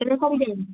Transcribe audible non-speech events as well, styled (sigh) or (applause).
(unintelligible)